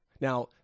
now